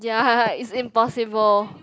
ya it's impossible